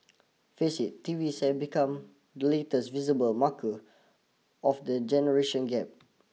face it T Vs have become the latest visible marker of the generation gap